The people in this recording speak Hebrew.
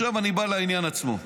עכשיו אני בא לעניין עצמו.